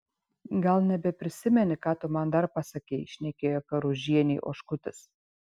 gal nebeprisimeni ką tu man dar pasakei šnekėjo karužienei oškutis